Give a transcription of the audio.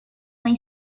when